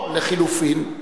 או לחלופין,